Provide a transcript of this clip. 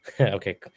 okay